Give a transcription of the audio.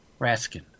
Raskin